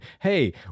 Hey